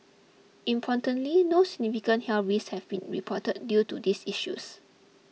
importantly no significant health risks have been reported due to these issues